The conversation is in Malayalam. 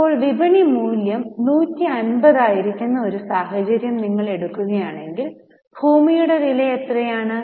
ഇപ്പോൾ വിപണി മൂല്യം 150 ആയിരിക്കുന്ന ഒരു സാഹചര്യം നിങ്ങൾ എടുക്കുകയാണെങ്കിൽ ഭൂമിയുടെ വില എത്രയാണ്